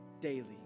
Daily